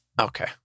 Okay